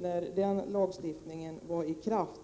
När den lagstiftningen var i kraft